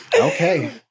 Okay